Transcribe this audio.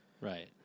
Right